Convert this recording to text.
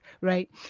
Right